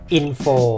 info